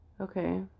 Okay